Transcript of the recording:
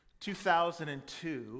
2002